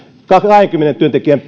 kahdenkymmenen työntekijän